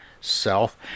Self